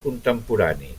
contemporani